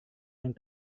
yang